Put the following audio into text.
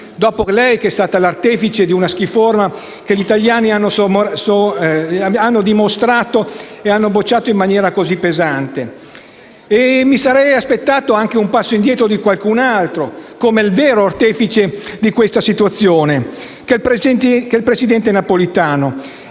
proprio lei che è stata l'artefice di una "schiforma" che gli italiani hanno bocciato in maniera così pesante. Mi sarei aspettato anche un passo indietro di qualcun altro come il vero artefice di questa situazione, il presidente Napolitano.